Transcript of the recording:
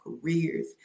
careers